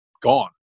gone